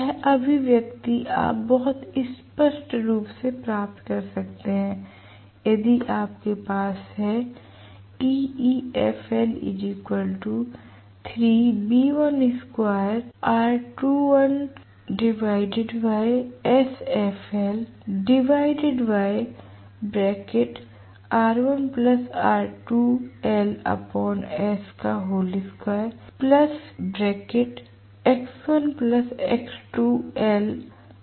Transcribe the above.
यह अभिव्यक्ति आप बहुत स्पष्ट रूप से प्राप्त कर सकते हैं यदि आपके पास है